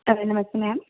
ਨਮਸਤੇ ma'am